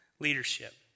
Leadership